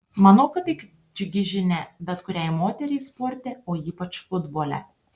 manau kad tai džiugi žinia bet kuriai moteriai sporte o ypač futbole